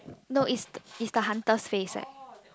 no is is the hunter's face eh